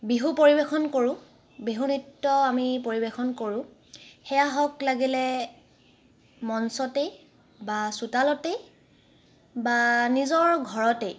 বিহু পৰিৱেশন কৰোঁ বিহু নৃত্য আমি পৰিৱেশন কৰোঁ সেয়া হওক লাগিলে মঞ্চতেই বা চোতালতেই বা নিজৰ ঘৰতেই